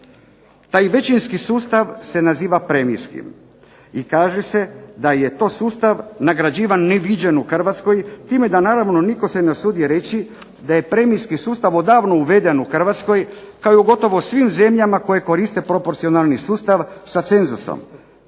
Taj većinski sustav se naziva premijskim i kaže se da je to sustav nagrađivan neviđen u Hrvatskoj, time da naravno nitko se ne usudi reći da je premijski sustav odavno uveden u Hrvatskoj, kao i u gotovo svim zemljama koje koriste proporcionalni sustav sa senzusom,